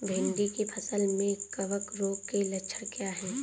भिंडी की फसल में कवक रोग के लक्षण क्या है?